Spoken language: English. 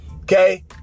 okay